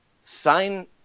sign